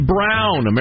Brown